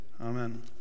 amen